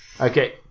Okay